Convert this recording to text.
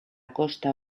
costa